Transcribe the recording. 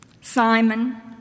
Simon